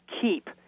keep –